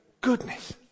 Goodness